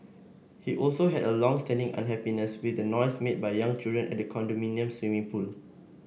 he also had a long standing unhappiness with the noise made by young children at the condominium's swimming pool